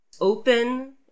open